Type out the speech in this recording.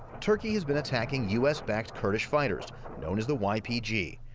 turkey has been attacking u s backed kurdish fighters known as the ypg.